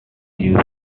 you